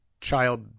child